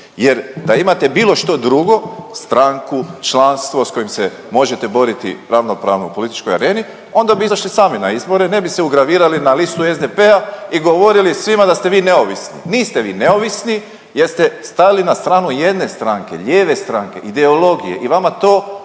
jer da imate bilo što drugo, stranku, članstvo s kojim se možete boriti ravnopravno u političkoj areni, onda bi izašli sami na izbore, ne bi se ugravirali na listu SDP-a i govorili svima da ste vi neovisni. Niste vi neovisni jer ste stali na stranu jedne stranke, lijeve stranke, ideologije i vama to